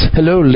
Hello